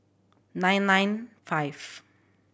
nine nine five